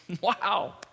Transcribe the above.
Wow